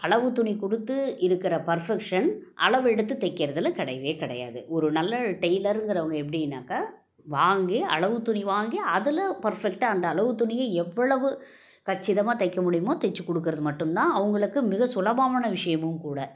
அளவுத் துணி கொடுத்து இருக்கிற பர்ஃபெக்ஷன் அளவெடுத்து தைக்கிறதுல கிடையவே கிடையாது ஒரு நல்ல டெய்லருங்கிறவங்க எப்படின்னாக்கா வாங்கி அளவுத் துணி வாங்கி அதில் பர்ஃபெக்ட்டாக அந்த அளவுத் துணியை எவ்வளவு கச்சிதமாக தைக்க முடியுமோ தைச்சிக் கொடுக்கறது மட்டும் தான் அவங்களுக்கு மிக சுலபமான விஷயமும் கூட